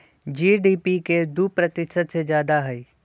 GDP के दु प्रतिशत से जादा हई